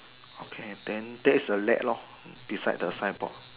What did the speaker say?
okay then that's a red lor beside the signboard